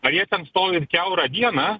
ar jie ten stovi ir kiaurą dieną